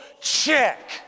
check